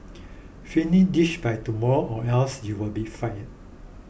finish this by tomorrow or else you'll be fired